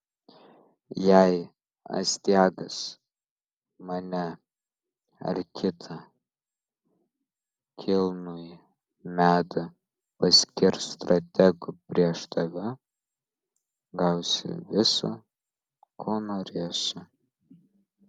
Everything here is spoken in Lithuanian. jei astiagas mane ar kitą kilnųjį medą paskirs strategu prieš tave gausi visa ko norėsi